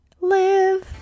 live